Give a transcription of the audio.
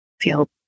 feel